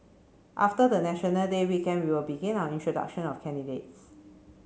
after the National Day weekend we will begin our introduction of candidates